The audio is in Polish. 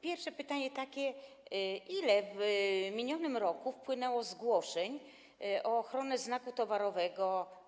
Pierwsze pytanie: Ile w minionym roku wpłynęło zgłoszeń o ochronę znaku towarowego?